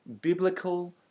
biblical